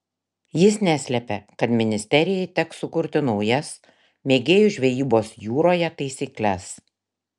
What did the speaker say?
jis neslėpė kad ministerjai teks sukurti naujas mėgėjų žvejybos jūroje taisykles